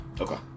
Okay